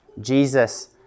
Jesus